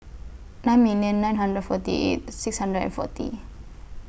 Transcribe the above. nine million nine hundred forty eight six hundred and forty